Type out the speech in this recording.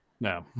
No